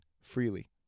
freely